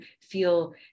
feel